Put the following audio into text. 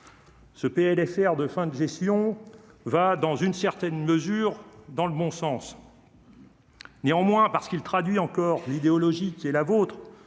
ce PLFR de fin de gestion va dans le bon sens. Néanmoins, parce qu'il traduit encore l'idéologie qui est la vôtre,